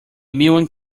mewing